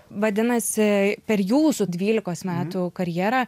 vadinasi per jūsų dvylikos metų karjerą